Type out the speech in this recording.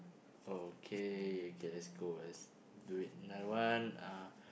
okay okay that's goal let's do it another one ah